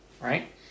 right